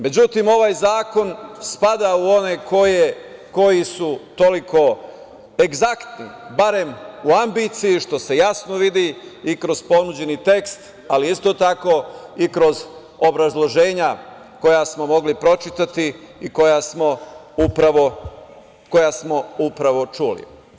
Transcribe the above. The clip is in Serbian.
Međutim, ovaj zakon spada u one koji su toliko egzaktni, barem u ambiciji, što se jasno vidi i kroz ponuđeni tekst, ali isto tako i kroz obrazloženja koja smo mogli pročitati i koja smo upravo čuli.